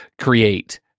create